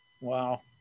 Wow